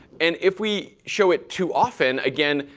and if we show it too often, again,